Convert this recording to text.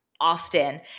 often